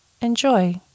Enjoy